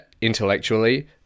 intellectually